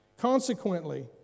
consequently